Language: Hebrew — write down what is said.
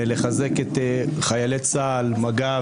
לחזק את חיילי צה"ל מג"ב,